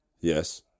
Yes